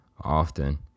often